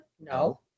No